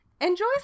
enjoy